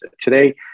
Today